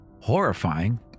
horrifying